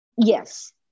Yes